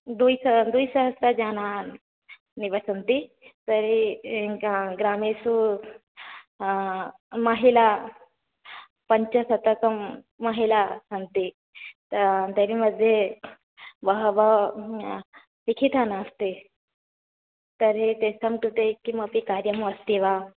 द्विसह द्विसहस्रजनान् निवसन्ति तर्हि ग्रामेषु महिला पञ्चशतकं महिलाः सन्ति तैरि मध्ये बहवः लिखिता नास्ति तर्हि तेषां कृते किमपि कार्यम् अस्ति वा